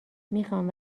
میخام